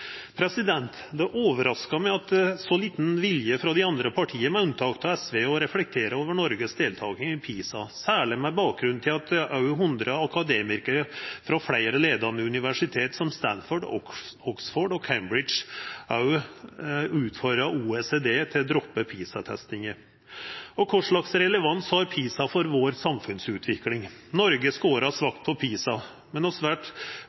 Det overraskar meg at det er så liten vilje frå dei andre partia, med unntak av SV, til å reflektera over norsk deltaking i PISA, særleg med bakgrunn i at òg 100 akademikarar frå fleire leiande universitet, som Stanford, Oxford og Cambridge, utfordrar OECD til å droppa PISA-testinga. Og kva slags relevans har PISA for samfunnsutviklinga vår? Noreg skårar svakt på PISA, men